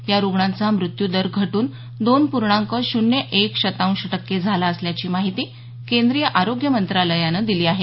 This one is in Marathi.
या रुग्णांचा मृत्यूदर घटून दोन पूर्णांक शून्य एक शतांश टक्के झाला असल्याची माहिती केंद्रीय आरोग्य मंत्रालयानं दिली आहे